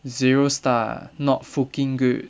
zero star not forking good